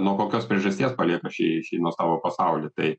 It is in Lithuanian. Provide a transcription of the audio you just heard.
nuo kokios priežasties palieka šį šį nuostabų pasaulį tai